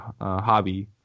Hobby